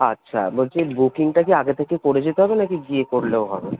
আচ্ছা বলছি বুকিংটা কি আগে থেকে করে যেতে হবে না কি গিয়ে করলেও হবে